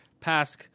Pask